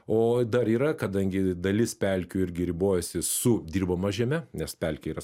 o dar yra kadangi dalis pelkių irgi ribojasi su dirbama žeme nes pelkė yra